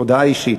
הודעה אישית.